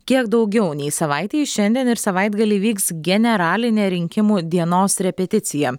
kiek daugiau nei savaitei šiandien ir savaitgalį vyks generalinė rinkimų dienos repeticija